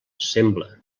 sembla